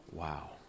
Wow